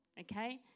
okay